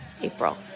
April